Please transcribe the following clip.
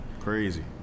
Crazy